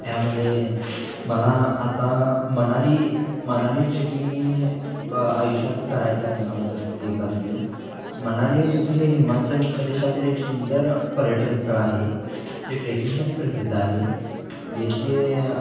त्यामध्ये मला आता मनाली मनाली ट्रेकिंग हे क आयुष्यात करायचं आहे मला गत एकदा तरी मनाली हे हिमाचल प्रदेशातील एक सुंदर पर्यटनस्थळ आहे ते ट्रेकिंगसाठी प्रसिद्ध आहे येथे